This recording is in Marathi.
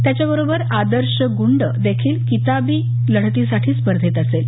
त्याच्याबरोबर आदर्श ग्रंड देखील किताबी लढतीसाठी स्पर्धेत असेल